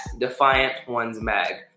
defiantonesmag